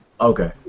Okay